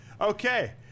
Okay